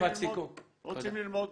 רוצים ללמוד